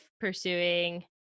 pursuing